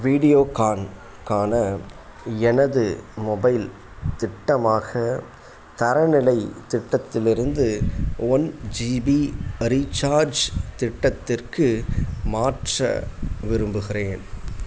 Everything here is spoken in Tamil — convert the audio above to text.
வீடியோகான்கான எனது மொபைல் திட்டமாக தரநிலை திட்டத்தில் இருந்து ஒன் ஜிபி ரீசார்ஜ் திட்டத்திற்கு மாற்ற விரும்புகிறேன்